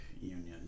Union